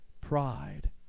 pride